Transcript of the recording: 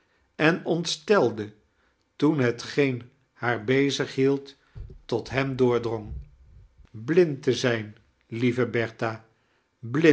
en ontstelde toen hetgeen haar bezighield tot hem doordrong blind te zijn lieve